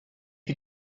you